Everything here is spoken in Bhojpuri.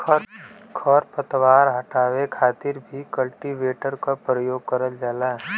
खर पतवार हटावे खातिर भी कल्टीवेटर क परियोग करल जाला